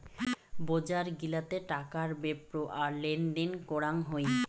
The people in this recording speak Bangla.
বজার গিলাতে টাকার বেপ্র আর লেনদেন করাং হই